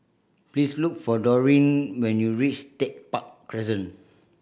please look for Dorine when you reach Tech Park Crescent